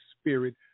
Spirit